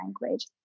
language